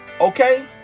Okay